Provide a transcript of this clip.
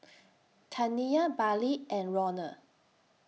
Taniyah Bailee and Ronald